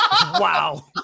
Wow